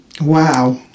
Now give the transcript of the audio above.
Wow